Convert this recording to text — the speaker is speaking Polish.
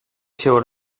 się